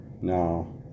Now